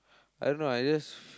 I don't know I just